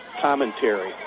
commentary